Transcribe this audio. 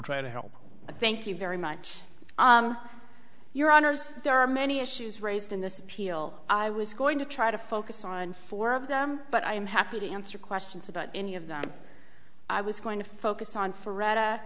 try to help but thank you very much your honour's there are many issues raised in this appeal i was going to try to focus on four of them but i am happy to answer questions about any of them i was going to focus on for